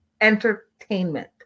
entertainment